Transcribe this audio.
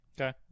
Okay